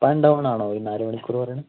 up and down ആണോ ഈ നാല് മണിക്കൂർ പറയണത്